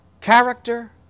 Character